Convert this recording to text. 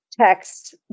Text